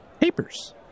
papers